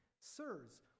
Sirs